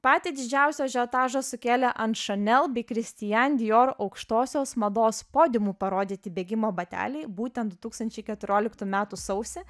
patį didžiausią ažiotažą sukėlė ant chanel bei christian dior aukštosios mados podiumų parodyti bėgimo bateliai būten du tūkstančiai keturioliktų metų sausį